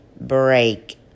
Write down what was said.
break